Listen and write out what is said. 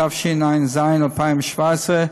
התשע"ז 2017,